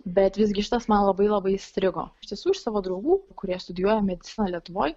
bet visgi šitas man labai labai įstrigo iš tiesų iš savo draugų kurie studijuoja mediciną lietuvoj